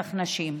ורצח נשים.